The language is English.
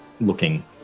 looking